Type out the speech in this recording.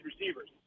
receivers